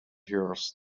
yours